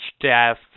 death